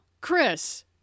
Chris